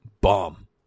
bomb